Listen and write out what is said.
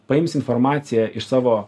paims informaciją iš savo